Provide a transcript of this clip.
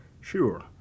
Sure